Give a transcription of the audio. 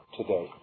today